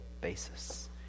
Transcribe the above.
basis